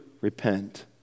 repent